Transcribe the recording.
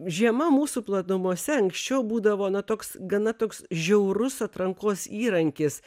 žiema mūsų platumose anksčiau būdavo na toks gana toks žiaurus atrankos įrankis